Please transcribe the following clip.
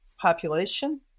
population